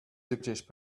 british